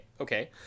okay